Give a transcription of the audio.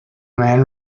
man